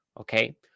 Okay